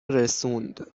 رسوند